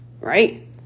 right